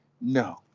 no